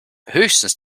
höchstens